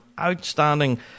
outstanding